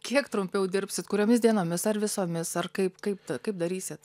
kiek trumpiau dirbsit kuriomis dienomis ar visomis ar kaip kaip t kaip darysit